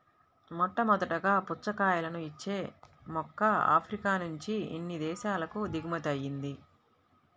మొట్టమొదటగా పుచ్చకాయలను ఇచ్చే మొక్క ఆఫ్రికా నుంచి అన్ని దేశాలకు దిగుమతి అయ్యింది